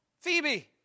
Phoebe